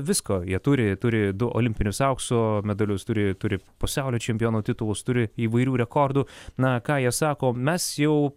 visko jie turi turi du olimpinius aukso medalius turi turi pasaulio čempiono titulus turi įvairių rekordų na ką jie sako mes jau